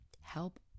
help